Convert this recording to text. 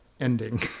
ending